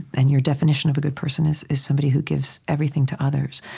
and your definition of a good person is is somebody who gives everything to others.